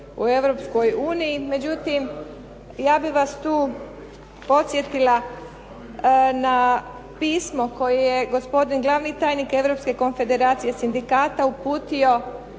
uniji, međutim ja bih vas tu podsjetila na pismo koje je gospodin glavni tajnik Europske